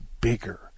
bigger